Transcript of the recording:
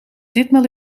ditmaal